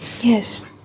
Yes